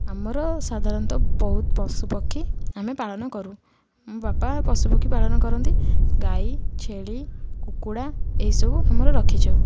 ଆମର ସାଧାରଣତଃ ବହୁତ ପଶୁପକ୍ଷୀ ଆମେ ପାଳନ କରୁ ବାପା ପଶୁପକ୍ଷୀ ପାଳନ କରନ୍ତି ଗାଈ ଛେଳି କୁକୁଡ଼ା ଏହି ସବୁ ଆମର ରଖିଛୁ